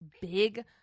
big